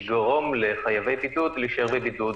כלומר לגרום לחייבי בידוד להישאר בבידוד.